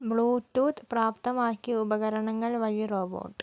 Bluetooth പ്രാപ്തമാക്കിയ ഉപകരണങ്ങൾ വഴി റോബോട്ട്